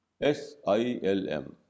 S-I-L-M